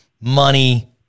money